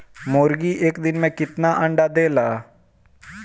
मुर्गी एक दिन मे कितना अंडा देला?